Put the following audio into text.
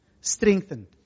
strengthened